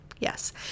Yes